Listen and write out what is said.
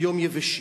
היום יבשים.